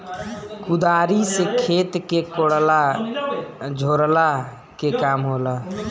कुदारी से खेत के कोड़ला झोरला के काम होला